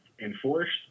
enforced